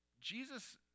Jesus